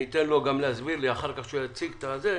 אני אתן לו גם להסביר לי אחר כך כשהוא יציג את זה,